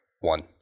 one